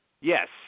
Yes